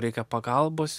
reikia pagalbos